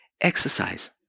exercise